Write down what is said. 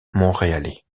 montréalais